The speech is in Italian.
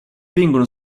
vengono